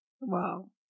Wow